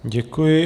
Děkuji.